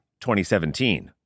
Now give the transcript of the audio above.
2017